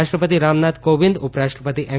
રાષ્ટ્રપતિ રામનાથ કોવિંદ ઉપરાષ્ટ્રપતિ એમ